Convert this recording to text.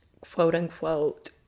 quote-unquote